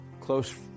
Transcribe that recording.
close